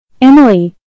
Emily